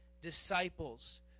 disciples